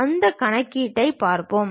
அந்த கணக்கீட்டைப் பார்ப்போம்